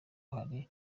hari